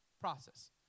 process